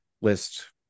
list